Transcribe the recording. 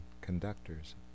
conductors